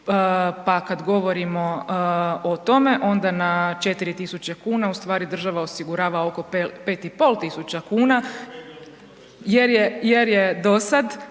pa kad govorimo o tome, onda na 4000 kn ustvari država osigurava oko 5,5 tisuća kuna jer je dosad